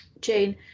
Jane